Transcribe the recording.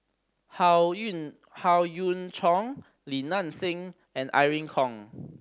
Howe Yoon Howe Yoon Chong Li Nanxing and Irene Khong